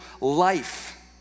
life